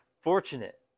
fortunate